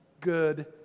good